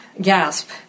gasp